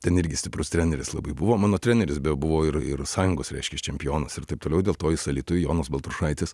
ten irgi stiprus treneris labai buvo mano treneris beje buvo ir ir sąjungos reiškias čempionas ir taip toliau dėl to jis alytuj jonas baltrušaitis